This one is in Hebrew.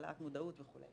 העלאת מודעות וכו'.